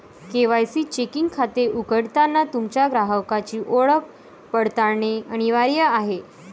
KYC checking खाते उघडताना तुमच्या ग्राहकाची ओळख पडताळणे अनिवार्य आहे